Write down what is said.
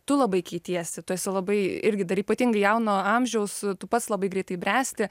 tu labai keitiesi tu esi labai irgi dar ypatingai jauno amžiaus tu pats labai greitai bręsti